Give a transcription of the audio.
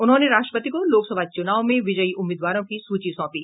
उन्होंने राष्ट्रपति को लोकसभा चुनाव में विजयी उम्मीदवारों की सूची सौंपी